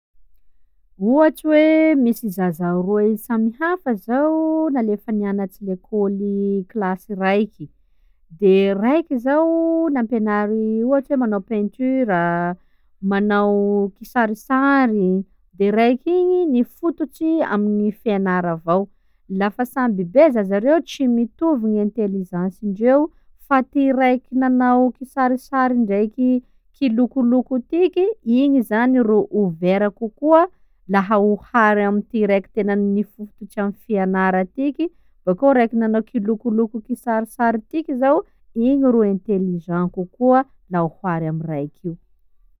Ohatsy hoe misy zaza roe samihafa zô nalefa nianatsy lekôly kilasy raiky, de raiky zô nampianary ohatsy hoe manao peinture a, manao kisarisary, de raiky io mifototsy aminy fianara avao, lafa samby be zaza reo tsy mitovy gny itelligencendreo fa ty raiky nanao kisarisary ndreky kilokoloko tiky, igny zany ro ouvert kokoa laha ohary amin'ty raiky tegna mifofototsy amy fianara tiky bakeo raiky manao kilokoloko, kisarisary tiky, igny zô ro intelligent kokoa laha ohary amy raiky igny.